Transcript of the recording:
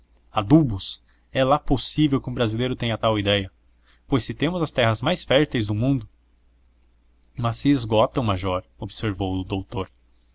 é lá possível que um brasileiro tenha tal idéia pois se temos as terras mais férteis do mundo mas se esgotam major observou o doutor